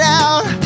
out